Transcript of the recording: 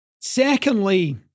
Secondly